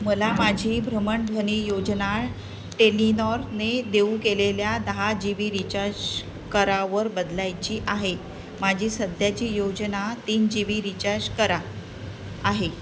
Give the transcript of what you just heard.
मला माझी भ्रमणध्वनी योजना टेलिनॉरने देऊ केलेल्या दहा जी बी रीचार्ज करा वर बदलायची आहे माझी सध्याची योजना तीन जी बी रिचार्ज करा आहे